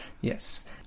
yes